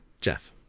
Jeff